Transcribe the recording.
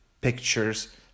pictures